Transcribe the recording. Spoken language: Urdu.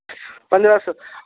پندرہ سو